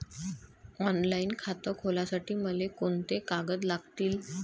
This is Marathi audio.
ऑनलाईन खातं खोलासाठी मले कोंते कागद लागतील?